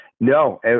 No